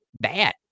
bad